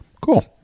Cool